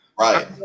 Right